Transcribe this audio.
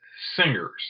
singers